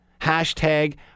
Hashtag